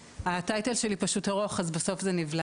הטייטל שלי פשוט ארוך אז בסוף זה נבלע.